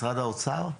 משרד האוצר?